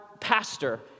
pastor